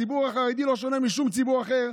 וגם: הציבור החרדי לא שונה משום ציבור אחר,